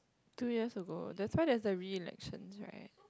two years ago that's why there is a re-election right